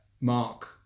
Mark